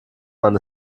man